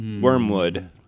Wormwood